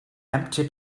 empty